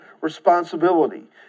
responsibility